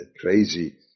crazy